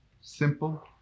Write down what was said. simple